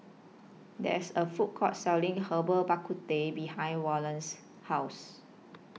There IS A Food Court Selling Herbal Bak Ku Teh behind Wallace's House